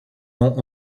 nom